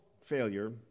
failure